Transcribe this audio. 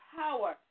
power